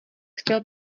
chtěl